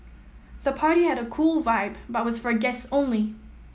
the party had a cool vibe but was for guest only